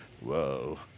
Whoa